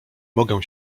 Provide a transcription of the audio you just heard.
mogę